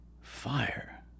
Fire